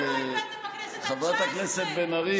את לא היית שרה בקדנציה הקודמת,